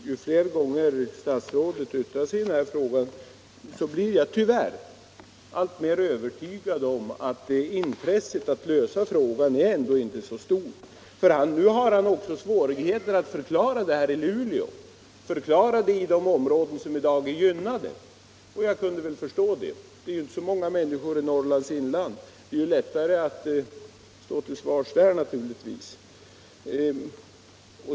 Herr talman! Ju fler gånger statsrådet yttrar sig i denna fråga, desto mer övertygad blir jag tyvärr om att hans intresse för att lösa problemet ändå inte är så stort. Nu ser han också svårigheter att förklara effekten av systemet i Luleå, i de områden som i dag är gynnade. Jag kunde väl förstå det; det finns ju inte så många människor i Norrlands inland, och det är naturligtvis lättare att stå till svars där.